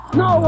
no